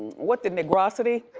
what the negrosity.